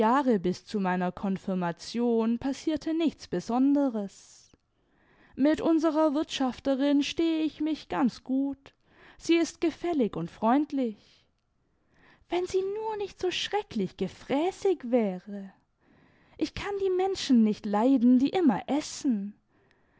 bis zu meiner konfirmation passierte nichts besonderes mit unserer wirtschafterin stehe ich mich ganz gut sie ist gefällig und freundlich wenn sie nur nicht so schrecklich gefräßig wärel ich kann die menschen nicht leiden die immer essen